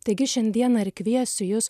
taigi šiandieną ir kviesiu jus